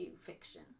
fiction